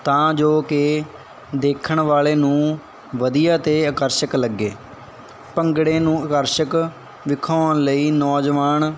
ਤਾਂ ਜੋ ਕਿ ਦੇਖਣ ਵਾਲੇ ਨੂੰ ਵਧੀਆ ਅਤੇ ਆਕਰਸ਼ਕ ਲੱਗੇ ਭੰਗੜੇ ਨੂੰ ਆਕਰਸ਼ਕ ਵਿਖਾਉਣ ਲਈ ਨੌਜਵਾਨ